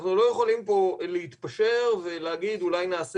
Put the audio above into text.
אנחנו לא יכולים להתפשר פה ולהגיד שאולי נעשה